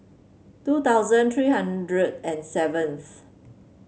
two thousand three hundred and seventh